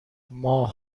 ماه